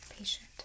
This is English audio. patient